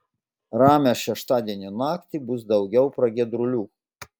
ramią šeštadienio naktį bus daugiau pragiedrulių